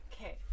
okay